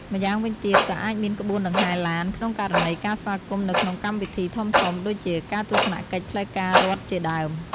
ម្យ៉ាងវិញទៀត ក៏អាចមានក្បួនដង្ហែឡាន ក្នុងករណីការស្វាគមន៍នៅក្នុងកម្មវិធីធំៗ ដូចជាការទស្សនកិច្ចផ្លូវការរដ្ឋជាដើម។